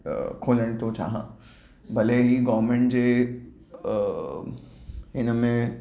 खोलण थो चाहियां भले इहा गॉमेंट जे हिन में